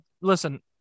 listen